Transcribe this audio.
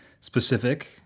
specific